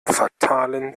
fatalen